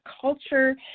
culture